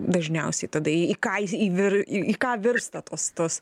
dažniausiai tada į ką į vir į ką virsta tos tos